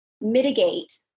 mitigate